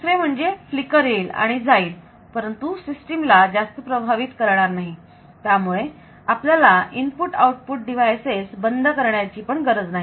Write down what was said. दुसरे म्हणजे फ्लिकर येईल आणि जाईल परंतु सिस्टिमला जास्त प्रभावित करणार नाही त्यामुळे आपल्याला इनपुट आऊटपुट डिव्हाइसेस बंद करण्याची पण गरज नाही